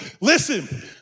Listen